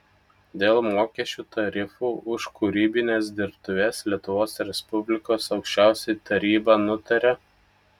dėl mokesčių tarifų už kūrybines dirbtuves lietuvos respublikos aukščiausioji taryba nutaria